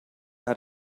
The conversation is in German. hat